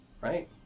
Right